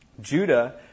Judah